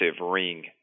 ring